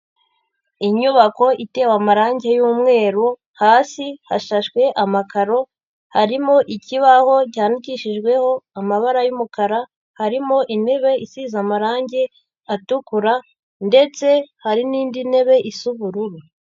Inyubako itewe amarange y'umweru hasi hashashwe amakaro, harimo ikibaho cyandikishijweho amabara y'umukara, harimo intebe isize amarange atukura ndetse hari n'indi ntebe isa ubururu.